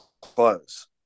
close